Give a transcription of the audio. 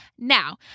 Now